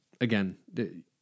again